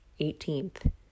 18th